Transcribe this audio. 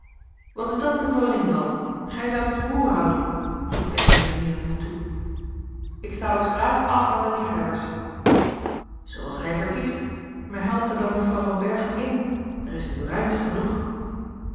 wat is dat nu voor een inval gij zoudt het roer houden voegde een der heeren hem toe ik sta dat graag af aan de liefhebbers a l g bosboom-toussaint langs een omweg zooals gij verkiest maar helpt er dan juffrouw van berchem in er is nu ruimte genoeg